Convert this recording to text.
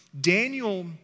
Daniel